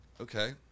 Okay